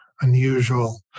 unusual